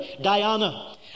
Diana